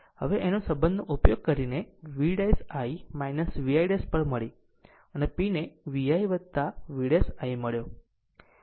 આમ અહીં સંબંધનો ઉપયોગ કરીને V 'I VI' પર મળી અને P ને VI V 'I મળ્યો